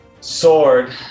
sword